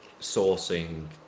sourcing